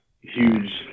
huge